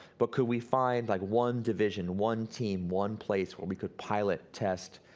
but could we find like one division, one team, one place where we could pilot, test,